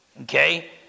Okay